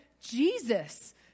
Jesus